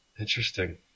Interesting